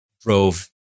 drove